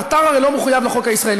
האתר הרי לא מחויב לחוק הישראלי.